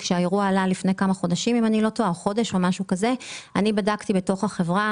כשהאירוע עלה לפני כמה חודשים בדקתי בתוך החברה.